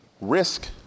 risk